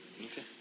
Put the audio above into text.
Okay